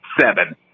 Seven